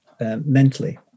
mentally